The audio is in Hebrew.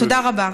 תודה רבה.